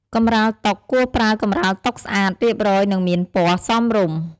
កម្រាលតុ គួរប្រើកម្រាលតុស្អាត រៀបរយ និងមានពណ៌សមរម្យ។